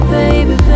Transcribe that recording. baby